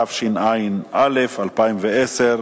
התשע"א 2010,